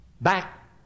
back